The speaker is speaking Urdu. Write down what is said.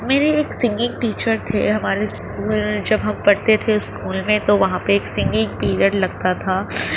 میرے ایک سنگنگ ٹیچر تھے ہمارے اسکول جب ہم پڑھتے تھے اسکول میں تو وہاں پہ ایک سنگنگ پیریڈ لگتا تھا